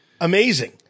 amazing